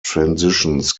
transitions